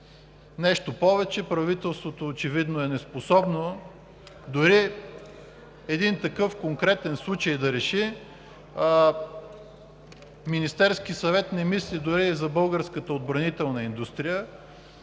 Нещо повече, правителството очевидно е неспособно дори един такъв конкретен случай да реши. Министерският съвет не мисли дори и за българската отбранителна индустрия,